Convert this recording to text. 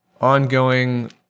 ongoing